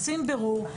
עושים בירור,